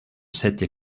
city